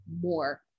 more